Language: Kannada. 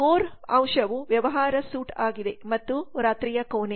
ಕೋರ್ ಅಥವಾ ಮುಖ್ಯ ಅಂಶವು ವ್ಯವಹಾರ ಸೂಟ್ ಆಗಿದೆ ಮತ್ತು ರಾತ್ರಿಯ ಕೋಣೆ